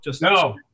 No